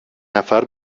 نفر